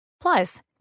Plus